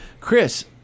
Chris